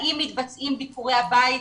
האם מתבצעים ביקורי הבית,